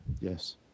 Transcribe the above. Yes